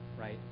right